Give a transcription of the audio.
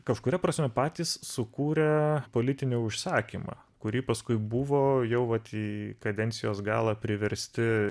kažkuria prasme patys sukūrė politinį užsakymą kurį paskui buvo jau vat į kadencijos galą priversti